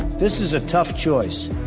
this is a tough choice.